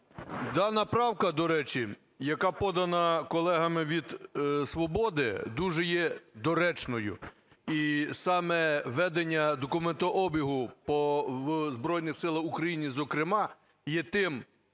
дана правка, до речі, яка подана колегами від "Свободи", дуже є доречною. І саме ведення документообігу в Збройних Силах України, зокрема, є тим